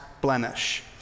blemish